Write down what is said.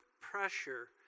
pressure